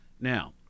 now